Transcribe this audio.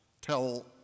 tell